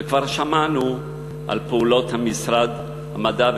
כבר שמענו על פעולות משרד המדע,